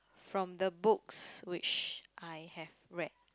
from the books which I have read